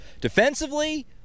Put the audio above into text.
Defensively